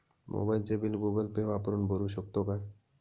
मोबाइलचे bill Google Pay वापरून भरू शकतो का?